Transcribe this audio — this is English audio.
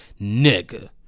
Nigga